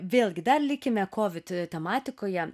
vėlgi dar likime kovid tematikoje